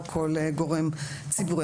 או כל גורם ציבורי.